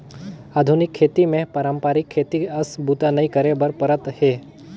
आधुनिक खेती मे पारंपरिक खेती अस बूता नइ करे बर परत हे